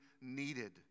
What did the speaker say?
needed